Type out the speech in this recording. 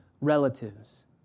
relatives